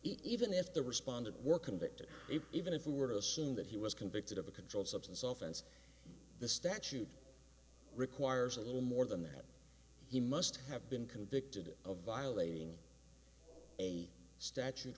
even if the respondent were convicted if even if we were to assume that he was convicted of a controlled substance softens the statute requires a little more than that he must have been convicted of violating a statute